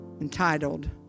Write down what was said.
Entitled